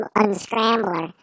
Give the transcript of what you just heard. unscrambler